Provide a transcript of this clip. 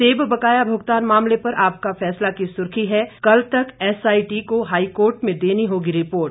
सेब बकाया भुगतान मामले पर आपका फैसला की सुर्खी है कल तक एसआईटी को हाईकोर्ट में देनी होगी रिपोर्ट